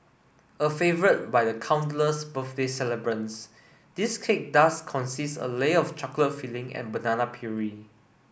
a favourite by countless birthday celebrants this cake does consist a layer of chocolate filling and banana puree